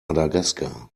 madagaskar